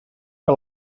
que